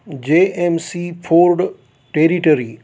J M C ford territory